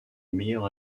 meilleur